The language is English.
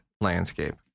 landscape